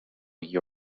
you